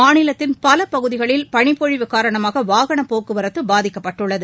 மாநிலத்தின் பல பகுதிகளில் பளிப்பொழிவு காரணமாக வாகனப் போக்குவரத்து பாதிக்கப்பட்டுள்ளது